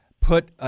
put